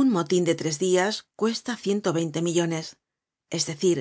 un motin de tres dias cuesta ciento veinte millones es decir